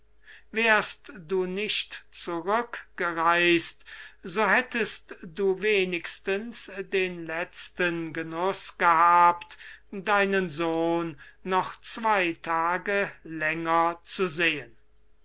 wärst du nicht zurückgereist so hättest du wenigstens den letzten genuß gehabt deinen sohn noch zwei tage länger zu sehen